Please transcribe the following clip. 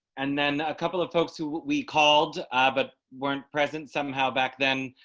and then a couple of folks who we called ah but weren't present somehow back then,